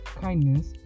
kindness